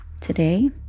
Today